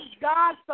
God